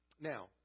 Now